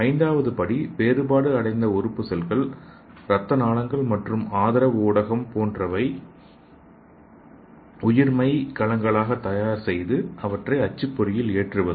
5 வது படிவேறுபாடு அடைந்த உறுப்பு செல்கள் இரத்த நாளங்கள் மற்றும் ஆதரவு ஊடகம் போன்றவற்றை உயிர் மை கலங்கலாக தயார் செய்து அவற்றை அச்சுப்பொறியில் ஏற்றுவது